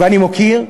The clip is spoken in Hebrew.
ואני מוקיר,